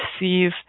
receive